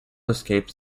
escapes